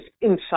inside